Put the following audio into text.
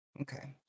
Okay